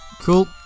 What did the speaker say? Cool